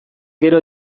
gero